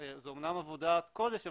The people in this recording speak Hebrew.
זה אומנם עבודת קודש,